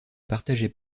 partageait